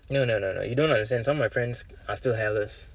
no no no no you don't understand some of my friends are still hairless